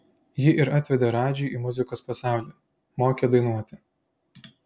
ji ir atvedė radžį į muzikos pasaulį mokė dainuoti